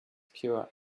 pure